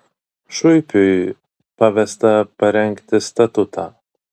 šuipiui pavesta parengti statutą